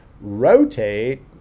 rotate